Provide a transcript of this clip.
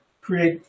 create